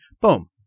Boom